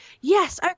yes